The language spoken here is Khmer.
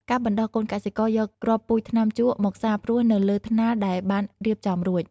ការបណ្ដុះកូន កសិករយកគ្រាប់ពូជថ្នាំជក់មកសាបព្រោះនៅលើថ្នាលដែលបានរៀបចំរួច។